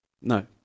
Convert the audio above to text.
no